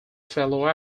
fellow